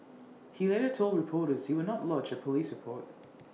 he later told reporters he would not lodge A Police report